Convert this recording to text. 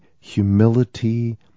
humility